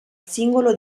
singolo